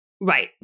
Right